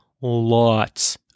lots